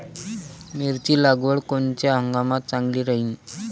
मिरची लागवड कोनच्या हंगामात चांगली राहीन?